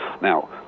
Now